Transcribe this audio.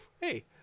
Hey